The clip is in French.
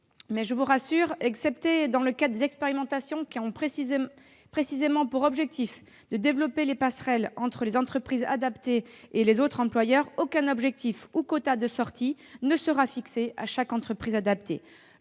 Mais, je vous rassure, excepté dans le cadre des expérimentations qui ont précisément pour objectif de développer les passerelles entre les entreprises adaptées et les autres employeurs, aucun objectif ou quota de sorties ne sera fixé à chaque entreprise adaptée.